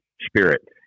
spirit